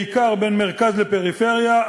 בעיקר בין מרכז ופריפריה,